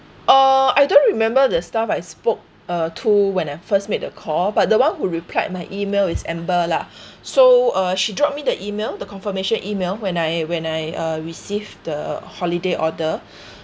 uh I don't remember the staff I spoke uh to when I first made the call but the one who replied my email is amber lah so uh she dropped me the email the confirmation email when I when I uh received the holiday order